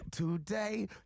Today